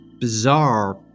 bizarre